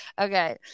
okay